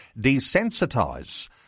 desensitise